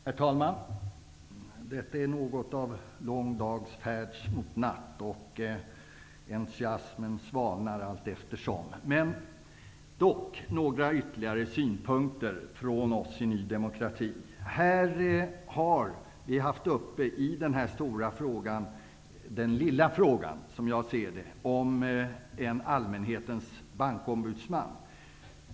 Herr talman! Detta är något av lång dags färd mot natt, och entusiasmen svalnar allteftersom tiden går. Jag vill ändå framföra några ytterligare synpunkter från oss i Ny demokrati. I denna stora fråga har vi den lilla frågan om en allmänhetens bankombudsman.